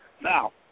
Now